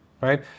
right